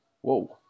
Whoa